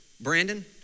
Brandon